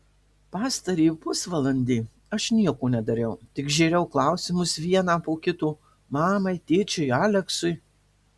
pastarąjį pusvalandį aš nieko nedariau tik žėriau klausimus vieną po kito mamai tėčiui aleksui